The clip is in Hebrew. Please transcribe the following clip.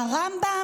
הרמב"ם,